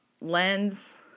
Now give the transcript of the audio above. lens